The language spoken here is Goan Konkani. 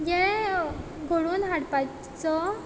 हें घडोवन हाडपाचो